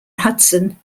hudson